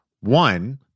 One